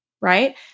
Right